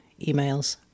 emails